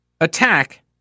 attack